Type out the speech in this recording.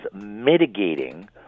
mitigating